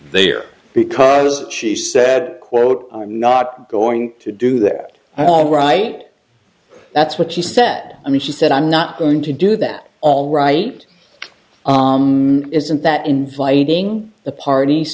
there because she said quote i'm not going to do that all right that's what she said i mean she said i'm not going to do that all right isn't that inviting the part